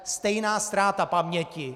Stejná ztráta paměti.